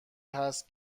هست